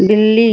बिल्ली